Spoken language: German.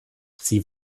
sie